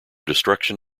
destruction